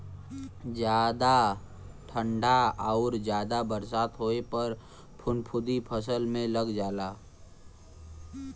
जादा ठंडा आउर जादा बरसात होए पर फफूंदी फसल में लग जाला